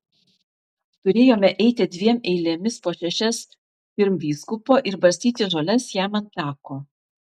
turėjome eiti dviem eilėmis po šešias pirm vyskupo ir barstyti žoles jam ant tako